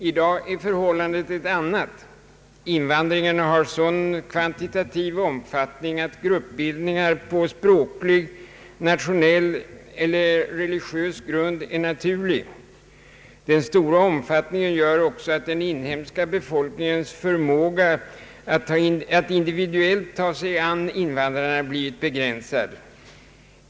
I dag är förhållandet ett annat. Invandringen har en sådan kvantitativ omfattning att gruppbildningar på språklig, nationell eller religiös grund är naturliga. Den stora omfattningen gör också att den inhemska befolikningens förmåga att individuellt ta sig an invandrarna blivit begränsad.